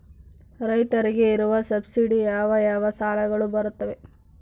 ರೈತರಿಗೆ ಇರುವ ಸಬ್ಸಿಡಿ ಯಾವ ಯಾವ ಸಾಲಗಳು ಬರುತ್ತವೆ?